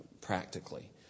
practically